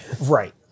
right